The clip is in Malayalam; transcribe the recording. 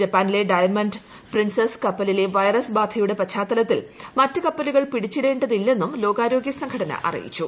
ജപ്പാനിലെ ഡയമണ്ട് പ്രിൻസസ് കപ്പ്ലിക്ക് വൈറസ് ബാധയുടെ പശ്ചാത്തലത്തിൽ മറ്റു കപ്പലുകൾ പിടിച്ചിട്ടേണ്ട്തില്ലെന്നും ലോകാരോഗ്യ സംഘടന അറിയിച്ചു